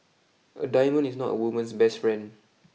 a diamond is not a woman's best friend